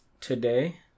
today